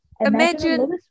Imagine